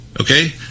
Okay